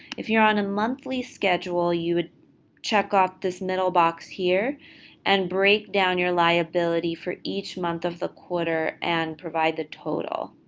if you're on a monthly schedule, you would check off this middle box here and break down your liability for each month of the quarter and provide the total.